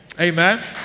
Amen